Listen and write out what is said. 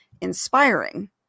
inspiring